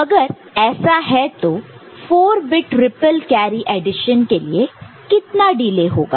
तो अगर ऐसा है तो 4 बिट रिप्पल कैरी एडिशन के लिए कितना डिले होगा